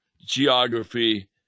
geography